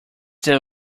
they